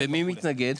ומי מתנגד?